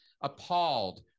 appalled